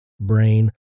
brain